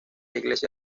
iglesia